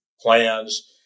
plans